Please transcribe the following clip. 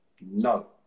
no